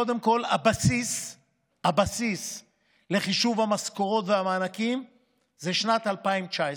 קודם כול הבסיס לחישוב המשכורות והמענקים זה שנת 2019,